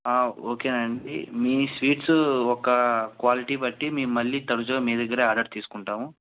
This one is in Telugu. ఓకేనండి మీ స్వీట్స్ ఒక క్వాలిటీ బట్టి మేము మళ్ళీ తరచు మీ దగ్గరే ఆర్డర్ తీసుకుంటాము